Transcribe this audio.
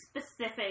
specific